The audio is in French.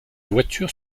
voitures